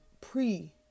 pre